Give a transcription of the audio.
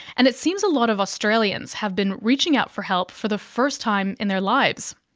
and it seems a lot of australians have been reaching out for help for the first time in their lives.